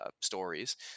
stories